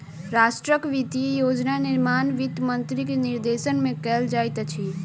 राष्ट्रक वित्तीय योजना निर्माण वित्त मंत्री के निर्देशन में कयल जाइत अछि